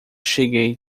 cheguei